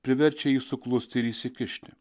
priverčia jį suklusti ir įsikišti